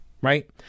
Right